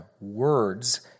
words